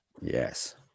Yes